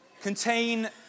contain